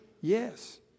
yes